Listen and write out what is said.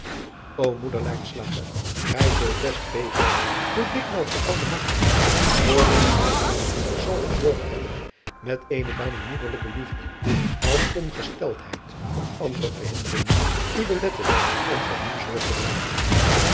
o oeder gij zult best weten hoe dikwijls de oude voor mijnen zal gezorgd hebben met eene bijna moederlijke liefde als ongesteldheid of andere verhinderingen u beletten om voor hem zorg te dragen